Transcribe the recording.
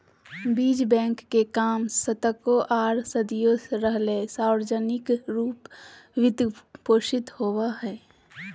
बीज बैंक के काम दशकों आर सदियों रहले सार्वजनिक रूप वित्त पोषित होबे हइ